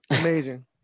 Amazing